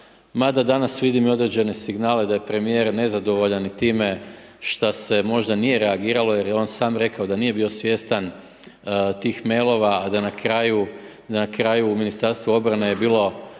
mada danas vidim i određene signale da je premijer nezadovoljan i time šta se možda nije reagiralo jer jer je on sam rekao da nije bio svjestan tih mailova a da na kraju u Ministarstvu obrane je bilo